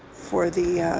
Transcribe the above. for the